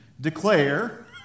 declare